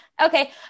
Okay